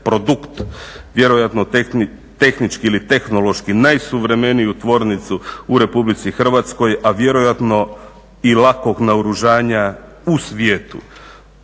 produkt, vjerojatno tehnički ili tehnološki najsuvremeniju tvornicu u Republici Hrvatskoj, a vjerojatno i lakog naoružanja u svijetu.